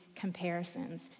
comparisons